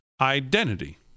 identity